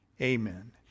amen